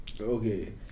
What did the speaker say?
Okay